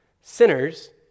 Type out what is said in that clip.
sinners